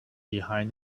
behind